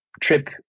trip